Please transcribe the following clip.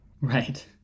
Right